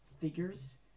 figures